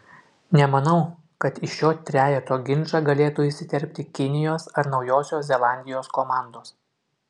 nemanau kad į šio trejeto ginčą galėtų įsiterpti kinijos ar naujosios zelandijos komandos